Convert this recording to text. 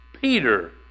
Peter